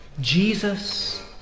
Jesus